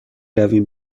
رویم